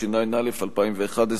התשע"א 2011,